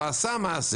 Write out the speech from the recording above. אבל הוא עשה מעשה.